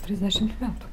trisdešimt metų